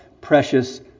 precious